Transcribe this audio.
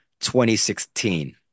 2016